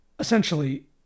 Essentially